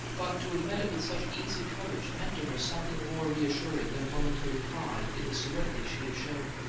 but to have met it with such easy courage meant to her something more reassuring than a momentary pride in the serenity she had shown.